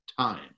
time